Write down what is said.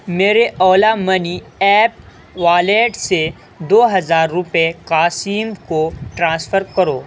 میرے Ola money app wallet سے دو ہزار روپئے قاسم کو ٹرانسفر کرو